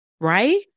right